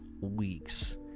weeks